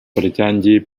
berjanji